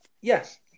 Yes